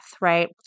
right